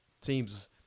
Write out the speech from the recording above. teams –